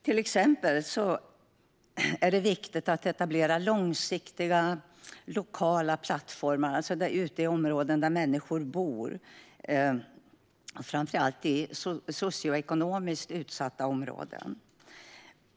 Det är exempelvis viktigt att etablera långsiktiga lokala plattformar för civilsamhället i områden där människor bor, framför allt i socioekonomiskt utsatta områden.